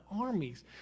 armies